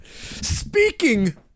Speaking